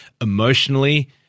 emotionally